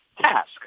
task